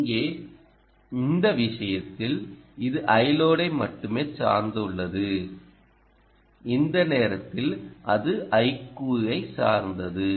இங்கே இந்த விஷயத்தில் இது Iload ஐ மட்டுமே சார்ந்துள்ளது இந்த நேரத்தில் அது iQ ஐ சார்ந்தது